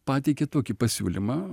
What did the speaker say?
pateikė tokį pasiūlymą